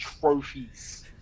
trophies